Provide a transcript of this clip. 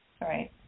right